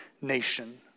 nation